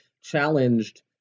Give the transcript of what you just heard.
challenged